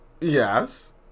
Yes